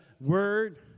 word